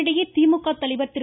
இதனிடையே திமுக தலைவர் திரு